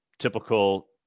typical